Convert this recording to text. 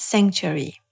Sanctuary